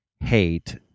hate